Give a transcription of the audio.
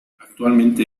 actualmente